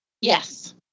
Yes